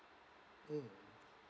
mm